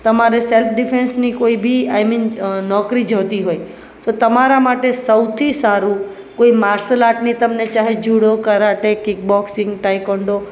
તમારે સેલ્ફ ડિફેન્સની કોઈ બી આઇમિન નોકરી જોઈતી હોય તો તમારા માટે સૌથી સારું કોઈ માર્સલ આર્ટની તમને ચાહે judo karate kick boxing taekwondo